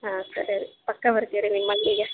ಹಾಂ ಸರಿ ರಿ ಪಕ್ಕಾ ಬರ್ತೀವಿ ರಿ ನಿಮ್ಮ ಅಂಗಡಿಗೆ